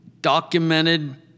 documented